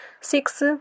Six